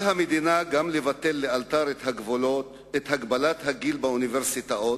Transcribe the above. על המדינה גם לבטל לאלתר את הגבלת הגיל באוניברסיטאות,